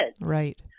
Right